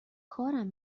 کارم